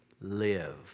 live